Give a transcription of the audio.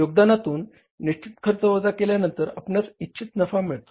योगदानातुन निश्चित खर्च वजा केल्यांनतर आपणास इच्छित नफा मिळतो